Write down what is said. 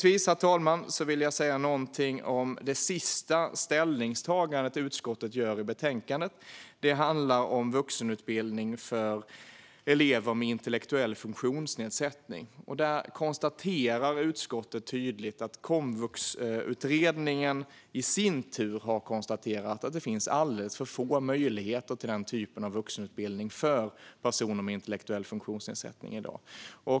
Avslutningsvis vill jag säga någonting om det sista ställningstagandet som utskottet gör i betänkandet. Det handlar om vuxenutbildning för elever med intellektuell funktionsnedsättning. Där konstaterar utskottet tydligt att Komvuxutredningen i sin tur har konstaterat att det finns alldeles för få möjligheter till den typen av vuxenutbildning för personer med intellektuell funktionsnedsättning i dag.